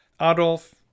Adolf